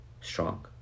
strong